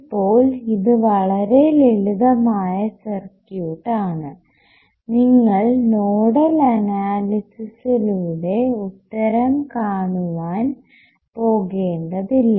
ഇപ്പോൾ ഇത് വളരെ ലളിതമായ സർക്യൂട്ട് ആണ് നിങ്ങൾ നോഡൽ അനാലിസിസിലൂടെ ഉത്തരം കാണുവാൻ പോകേണ്ടതില്ല